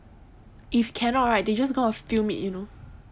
if can not right they just going to film it you know